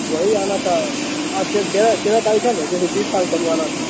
وہی آنا تھا آج کیا تہرہ تہرہ تاریخ ہے نا جیسے بیس تاریخ کو ہم کو آنا تھا